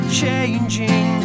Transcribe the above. changing